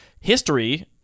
history